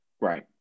Right